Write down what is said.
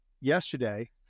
yesterday